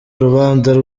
urubanza